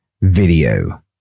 video